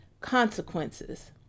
consequences